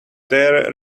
their